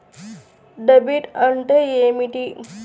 Debit అంటే ఏమిటి?